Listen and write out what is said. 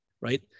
right